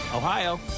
Ohio